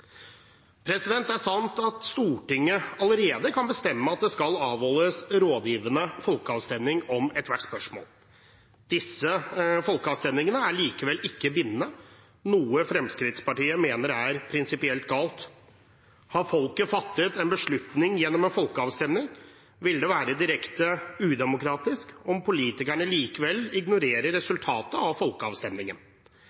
Det er sant at Stortinget allerede kan bestemme at det skal avholdes rådgivende folkeavstemning om ethvert spørsmål. Disse folkeavstemningene er likevel ikke bindende, noe Fremskrittspartiet mener er prinsipielt galt. Har folket fattet en beslutning gjennom en folkeavstemning, ville det være direkte udemokratisk om politikerne likevel ignorerer